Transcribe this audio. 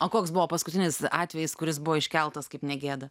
o koks buvo paskutinis atvejis kuris buvo iškeltas kaip ne gėda